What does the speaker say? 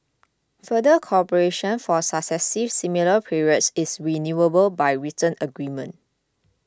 further cooperation for successive similar periods is renewable by written agreement